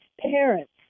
parents